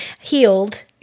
healed